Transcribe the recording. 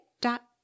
dot